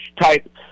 type